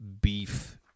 beef